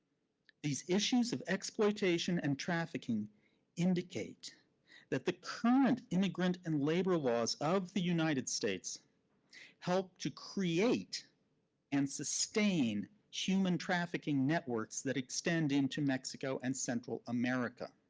these issues of exploitation and trafficking indicate that the current immigrant and labor laws of the united states help to create and sustain human trafficking networks that extend into mexico and central america.